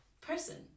person